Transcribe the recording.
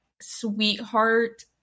sweetheart